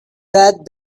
that